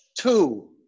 two